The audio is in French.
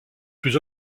plus